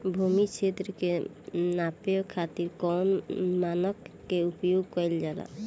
भूमि क्षेत्र के नापे खातिर कौन मानक के उपयोग कइल जाला?